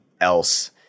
else